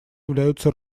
являются